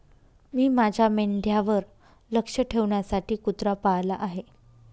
मी माझ्या मेंढ्यांवर लक्ष ठेवण्यासाठी कुत्रा पाळला आहे